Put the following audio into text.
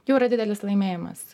jau yra didelis laimėjimas